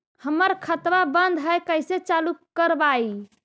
हमर खतवा बंद है कैसे चालु करवाई?